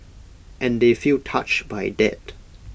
and they feel touched by that